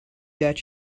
got